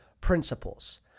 principles